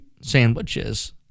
sandwiches